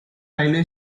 railway